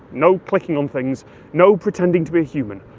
no clicking on things no pretending to be a human.